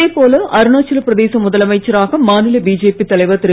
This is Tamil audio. இதே போல அருணாச்சலப் பிரதேச முதலமைச்சராக மாநில பிஜேபி தலைவர் திரு